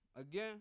Again